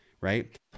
right